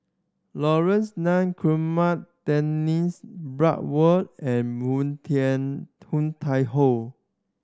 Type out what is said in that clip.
Laurence Nunn Guillemard Dennis Bloodworth and Moon Tian Hoon Tai Ho